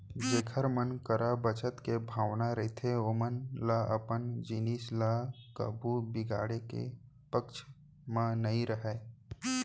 जेखर मन करा बचत के भावना रहिथे ओमन ह अपन जिनिस ल कभू बिगाड़े के पक्छ म नइ रहय